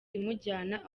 imujyana